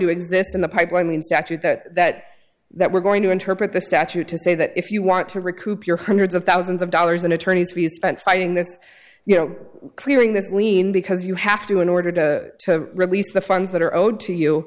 to exist in the pipeline in statute that that that we're going to interpret the statute to say that if you want to recoup your hundreds of thousands of dollars in attorneys we spent fighting this you know clearing this lien because you have to in order to release the funds that are owed to you